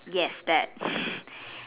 yes that